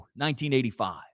1985